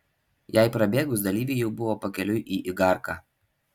jai prabėgus dalyviai jau buvo pakeliui į igarką